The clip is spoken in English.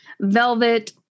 velvet